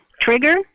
Trigger